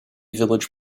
village